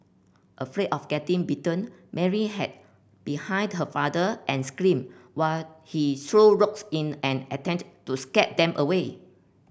afraid of getting bitten Mary hid behind her father and screamed while he threw rocks in an attempt to scare them away